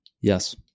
Yes